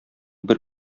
бер